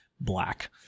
black